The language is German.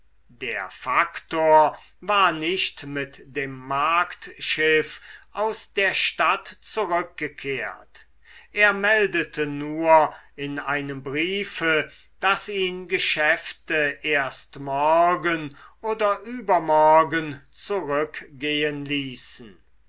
der faktor war nicht mit dem marktschiff aus der stadt zurückgekehrt er meldete nur in einem briefe daß ihn geschäfte erst morgen oder übermorgen zurückgehen ließen